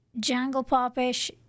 jangle-pop-ish